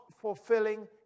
fulfilling